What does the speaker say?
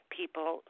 people